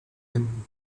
him